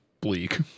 bleak